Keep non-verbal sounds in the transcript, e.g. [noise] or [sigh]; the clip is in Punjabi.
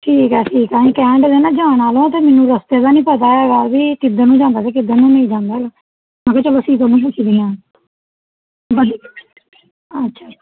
ਠੀਕ ਹੈ ਠੀਕ ਹੈ ਅਸੀਂ ਕਹਿਣਡੇ ਤੇ ਨਾ ਜਾਣਾ ਅਤੇ ਮੈਨੂੰ ਰਸਤੇ ਦਾ ਨਹੀਂ ਪਤਾ ਹੈਗਾ ਵੀ ਕਿੱਧਰ ਨੂੰ ਜਾਂਦਾ ਵੀ ਕਿੱਧਰ ਨੂੰ ਨਹੀਂ ਜਾਂਦਾ ਹੈਗਾ ਮੈਂ ਕਿਹਾ ਚਲੋ ਸ਼ੀਤਲ ਨੂੰ ਪੁੱਛਦੀ ਹਾਂ [unintelligible] ਅੱਛਾ